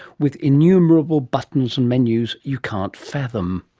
with innumerable buttons, and menus you can't fathom?